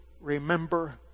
remember